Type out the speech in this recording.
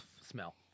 smell